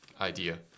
idea